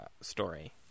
story